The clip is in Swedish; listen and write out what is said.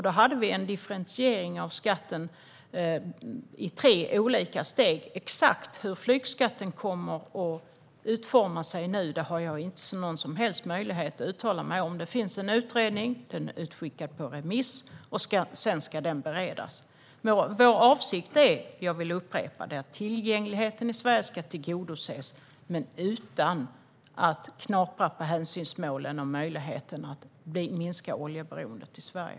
Då hade vi en differentiering av skatten i tre olika steg. Hur flygskatten kommer att utformas den här gången har jag ingen som helst möjlighet att uttala mig om. Utredningen är utskickad på remiss, och sedan ska den beredas. Låt mig upprepa att vår avsikt är att tillgängligheten ska tillgodoses men utan att det knapras på hänsynsmålen och möjligheten att minska oljeberoendet i Sverige.